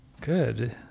Good